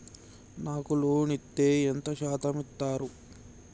నాకు లోన్ ఇత్తే ఎంత శాతం ఇత్తరు?